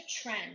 trend